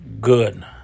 good